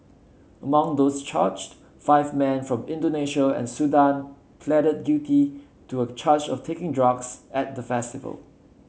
among those charged five men from Indonesia and Sudan pleaded guilty to a charge of taking drugs at the festival